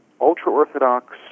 ultra-Orthodox